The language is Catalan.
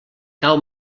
cau